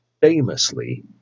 famously